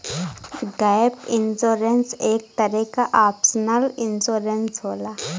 gap insurance एक तरे क ऑप्शनल इंश्योरेंस होला